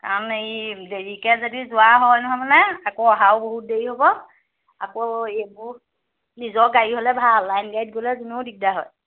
কাৰণ এই দেৰিকে যদি যোৱা হয় নহয় মানে আকৌ অহাও বহুত দেৰি হ'ব আকৌ এইবোৰ নিজৰ গাড়ী হ'লে ভাল লাইন গাড়ীত গ'লে এনেও দিগদাৰ হয়